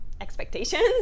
expectations